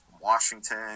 Washington